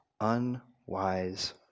unwise